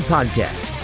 Podcast